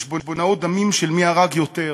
חשבונאות דמים של מי הרג יותר,